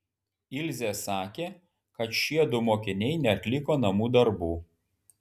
ilzė sakė kad šiedu mokiniai neatliko namų darbų